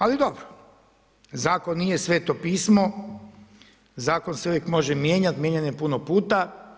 Ali dobro, zakon nije sveto pismo, zakon se uvijek može mijenjati, mijenjan je puno puta.